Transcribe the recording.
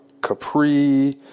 Capri